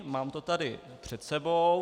Mám to tady před sebou.